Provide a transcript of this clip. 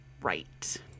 Right